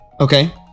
Okay